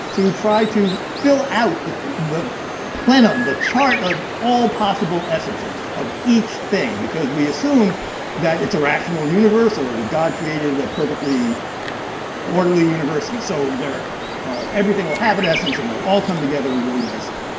to try to fill out the the plenum, the chart of all possible essences of each thing, because we assume that it's a rationale universe or god created a perfectly orderly universe, and so everything will have an essence and they'll all come together really nicely.